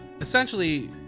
Essentially